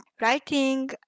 writing